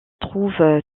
trouvent